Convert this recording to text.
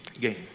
game